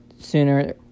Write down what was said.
sooner